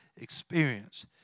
experience